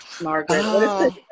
Margaret